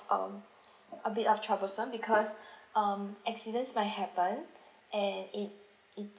um a bit of troublesome because um accidents might happen and it it